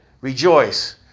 Rejoice